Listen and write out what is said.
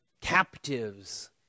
captives